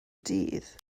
dydd